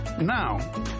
now